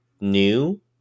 new